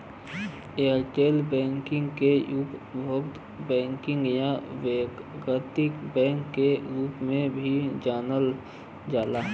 retail banking के उपभोक्ता banking या व्यक्तिगत बैंकिंग के रूप में भी जानल जाला